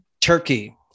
Turkey